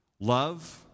Love